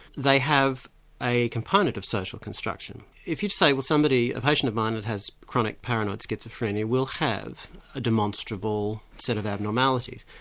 they have a component of social construction. if you say somebody, a patient of mine that has chronic paranoid schizophrenia, will have a demonstrable set of abnormalities,